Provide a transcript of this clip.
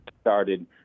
Started